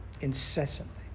incessantly